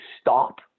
stop